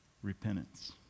Repentance